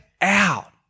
out